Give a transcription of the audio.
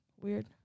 weird